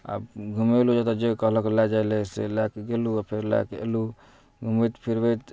आ घूमेलहुँ जे जतऽ जे कहलक लै जाए लऽ से लै के गेलहुँ आ फेर लै के एलहुँ घूमबैत फिरबैत